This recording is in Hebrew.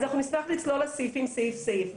אז נשמח לצלול לסעיפים, סעיף סעיף.